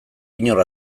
inor